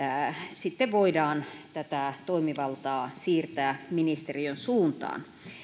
voidaan sitten tätä toimivaltaa siirtää ministeriön suuntaan